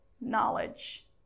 knowledge